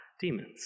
demons